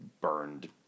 burned